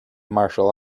martial